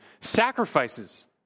sacrifices